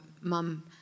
mum